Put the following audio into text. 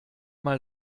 mal